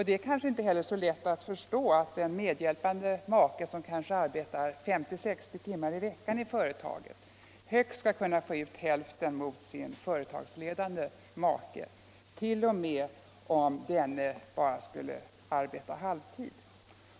Det är kanske inte heller så lätt att förstå att en medhjälpande make som kanske arbetar 50-60 timmar i veckan i företaget högst skall kunna få ut hälften i förhållande till den företagsledande maken, t.o.m. om denne bara skulle arbeta halvtid.